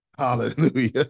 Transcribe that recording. Hallelujah